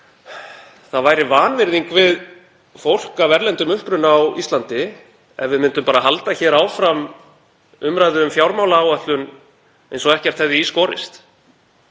það væri vanvirðing við fólk af erlendum uppruna á Íslandi ef við myndum bara halda hér áfram umræðu um fjármálaáætlun eins og ekkert hefði í skorist.